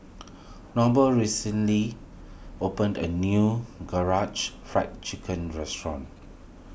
Noble recently opened a new Karaage Fried Chicken restaurant